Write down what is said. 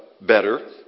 better